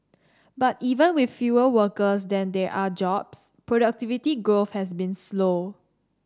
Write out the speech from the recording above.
but even with fewer workers than there are jobs productivity growth has been slow